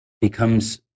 becomes